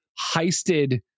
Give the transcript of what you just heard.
heisted